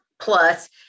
plus